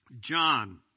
John